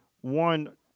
one